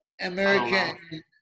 American